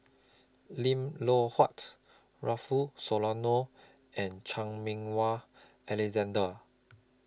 Lim Loh Huat Rufino Soliano and Chan Meng Wah Alexander